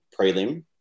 prelim